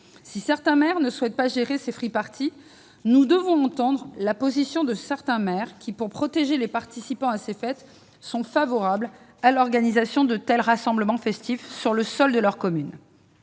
Si certains maires ne souhaitent pas avoir à gérer ces free-parties, nous devons entendre la position des maires qui, pour protéger les participants à ces fêtes, sont favorables à l'organisation de tels rassemblements festifs sur le territoire de leur commune.